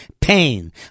pain